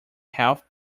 healthy